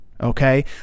okay